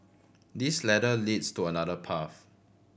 this ladder leads to another path